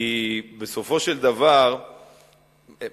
כי בסופו של דבר משא-ומתן,